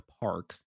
park